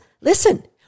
listen